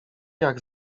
jak